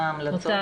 מה ההמלצה?